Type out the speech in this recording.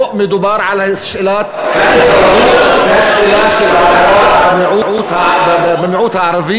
פה מדובר על שאלת האזרחות והשאלה של המיעוט הערבי